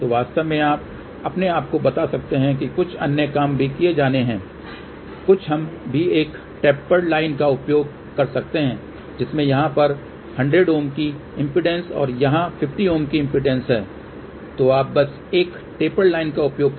तो वास्तव में आप अपने आपको बता सकते हैं कि कुछ अन्य काम भी किए जाने हैं कुछ हम भी एक टेंपर लाइन का उपयोग कर सकते हैं जिसमें यहां पर 100 Ω की इम्पीडेन्स और यहां 50 Ω की इम्पीडेन्स है तो आप बस एक टेंपर लाइन का उपयोग कर सकते हैं